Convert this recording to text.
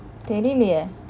தெரிலையே:terilayae